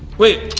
wait,